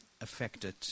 affected